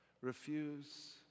Refuse